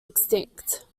extinct